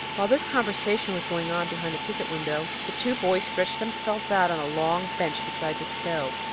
while this conversation was going on behind the ticket window, the two boys stretched themselves out on a long bench beside the stove.